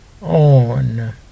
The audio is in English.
on